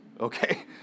okay